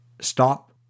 stop